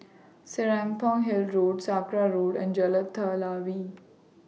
Serapong Hill Road Sakra Road and Jalan Telawi